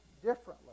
differently